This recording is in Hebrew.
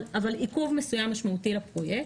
להביא לעיכוב מסוים משמעותי לפרויקט,